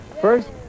First